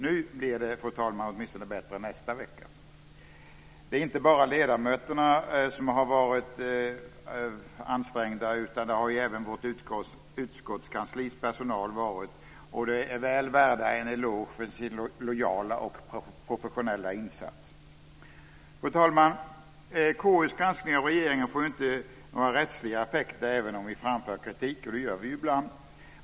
Nu blir det, fru talman, åtminstone bättre nästa vecka. Det är inte bara ledamöterna som har varit ansträngda utan även vårt kanslis personal. De är väl värda en eloge för sin lojala och professionella insats. Fru talman! KU:s granskning av regeringen får ju inte några rättsliga effekter även om vi framför kritik, och det gör vi ibland.